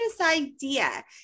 idea